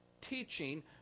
teaching